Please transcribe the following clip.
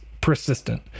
persistent